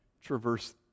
traverse